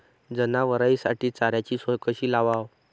जनावराइसाठी चाऱ्याची सोय कशी लावाव?